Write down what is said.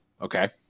okay